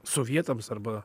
sovietams arba